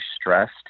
stressed